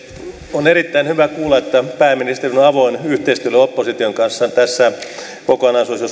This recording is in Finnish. on erittäin hyvä kuulla että pääministeri on avoin yhteistyölle opposition kanssa tässä kokonaisuudessa